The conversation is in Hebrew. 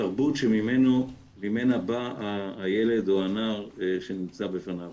בתרבות שממנה בא הילד או הנער שנמצא בפניו.